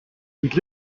eat